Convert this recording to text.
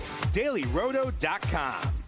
dailyroto.com